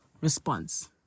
response